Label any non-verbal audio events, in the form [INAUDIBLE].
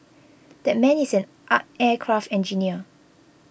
that man is an [HESITATION] aircraft engineer